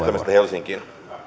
helsinkiin